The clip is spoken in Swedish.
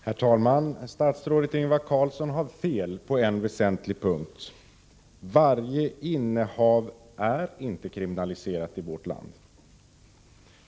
Herr talman! Statsrådet Ingvar Carlsson har fel på en väsentlig punkt. Varje innehav av narkotika är inte kriminaliserat i vårt land.